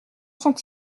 sont